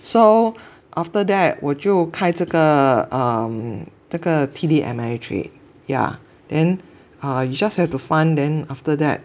so after that 我就开这个 um 这个 T_D Ameritrade yeah then err you just have to fund then after that